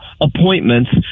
appointments